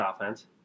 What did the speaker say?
offense